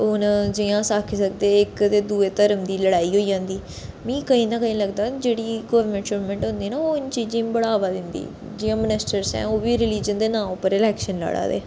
हून जियां अस आक्खी सकदे इक ते दुए धर्म दी लड़ाई होई जंदी मिगी केईं ना केईं लगदा जेह्ड़ी गोरमैंट शोरमेंट होंदे ना ओह् इनें चीजें गी बढ़ावा दिंदी जियां मनीस्टर्स न ओह् बी रलीजन दे नांऽ उप्पर इलैक्शन लड़ा दे